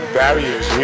barriers